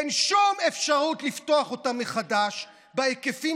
אין שום אפשרות לפתוח אותם מחדש בהיקפים